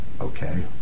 okay